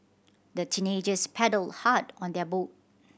the teenagers paddled hard on their boat